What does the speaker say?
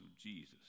Jesus